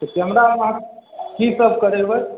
तऽ कैमरामे अहाँ की सब करेबै